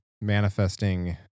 manifesting